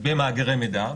במאגרי מידע,